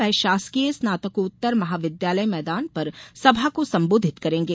वे षासकीय स्नातकोत्तर महाविद्यालय मैदान पर सभा को संबोधित करेंगे